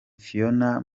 phionah